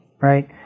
right